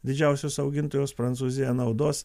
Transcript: didžiausios augintojos prancūzija naudos